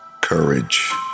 Courage